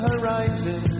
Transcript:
Horizon